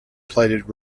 plated